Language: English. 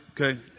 okay